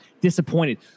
disappointed